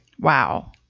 Wow